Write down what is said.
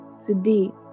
today